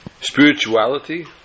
spirituality